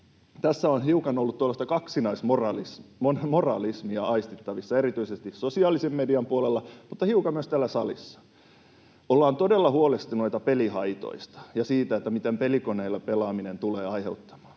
tässä on hiukan ollut tuollaista kaksinaismoralismia aistittavissa erityisesti sosiaalisen median puolella mutta hiukan myös täällä salissa. Ollaan todella huolestuneita pelihaitoista ja siitä, mitä pelikoneilla pelaaminen tulee aiheuttamaan,